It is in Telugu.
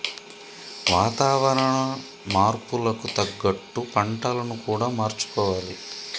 వాతావరణ మార్పులకు తగ్గట్టు పంటలను కూడా మార్చుకోవాలి